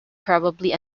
probably